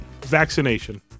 vaccination